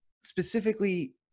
specifically